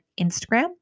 Instagram